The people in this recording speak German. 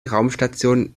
raumstation